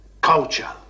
culture